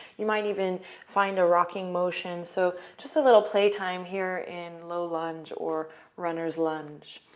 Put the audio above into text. you might even find a rocking motion. so just a little play time here in low lunge or runner's lunge.